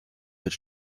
wird